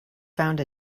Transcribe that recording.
found